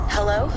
Hello